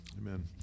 amen